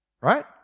Right